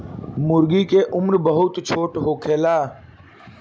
मूर्गी के उम्र बहुत छोट होखेला